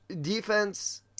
defense